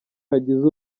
hagize